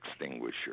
extinguisher